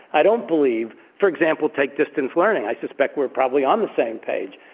i don't believe for example, take distance learning. i suspect we're probably on the same page.